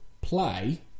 play